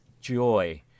joy